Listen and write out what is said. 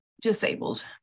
disabled